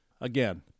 Again